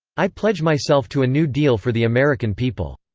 i pledge myself to a new deal for the american people.